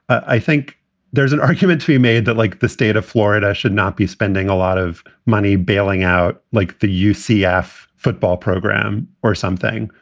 i think there's an argument to be made that like the state of florida should not be spending a lot of money bailing out like the uscf football program or something.